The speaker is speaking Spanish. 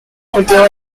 cultivo